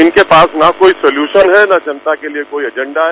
इनके पास न को शल्यूसन है न जनता क लिए कोई एजेंडा है